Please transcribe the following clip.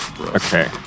Okay